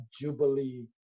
jubilee